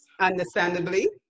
Understandably